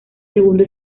segundo